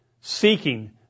seeking